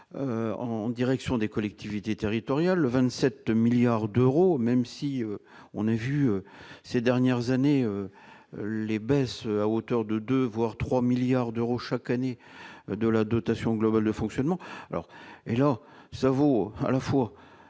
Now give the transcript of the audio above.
en direction des collectivités territoriales, le 27 milliards d'euros, même si on a vu ces dernières années, les baisses à hauteur de 2 voire 3 milliards d'euros chaque année de la dotation globale de fonctionnement alors, Elior, savons, à la fois,